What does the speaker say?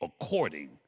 according